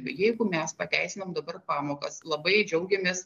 jeigu mes pateisinam dabar pamokas labai džiaugiamės